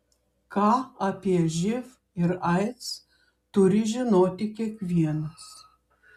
ką apie živ ir aids turi žinoti kiekvienas